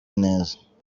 neza